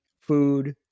food